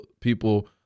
people